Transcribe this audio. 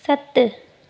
सत